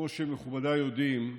כמו שמכובדיי יודעים,